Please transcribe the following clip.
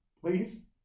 Please